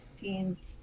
teens